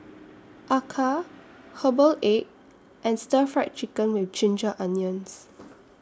Acar Herbal Egg and Stir Fry Chicken with Ginger Onions